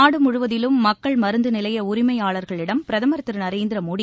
நாடு முழுவதிலும் மக்கள் மருந்து நிலைய உரிமையாளர்களிடம் பிரதம் திரு நரேந்திர மோடி